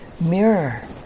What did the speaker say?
mirror